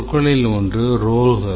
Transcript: சொற்களில் ஒன்று ரோல்கள்